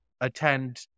attend